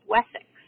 Wessex